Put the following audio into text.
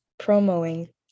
promoing